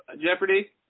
Jeopardy